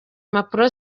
impapuro